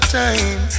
time